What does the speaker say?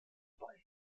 bei